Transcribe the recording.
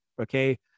Okay